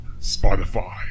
Spotify